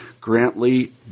Grantley